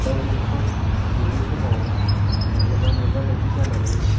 दाउ देंखुर बेबो समाव माब्लाबा मोगा मोगि जानानै